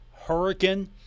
Hurricane